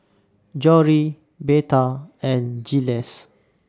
Jory Betha and Jiles